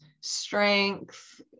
strength